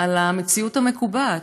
על המציאות המקובעת,